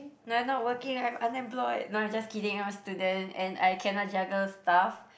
no I'm not working I'm unemployed no I just kidding I'm a student and I cannot juggle stuff